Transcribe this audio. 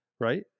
right